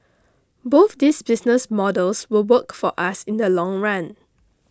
both these business models will work for us in the long run